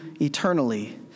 eternally